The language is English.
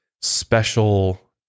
special